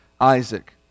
Isaac